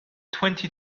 twenty